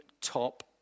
top